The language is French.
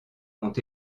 ont